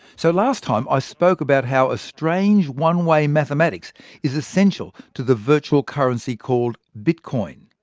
so last time, i spoke about how a strange one-way mathematics is essential to the virtual currency called bitcoin.